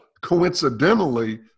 Coincidentally